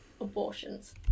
abortions